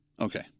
Okay